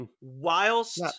Whilst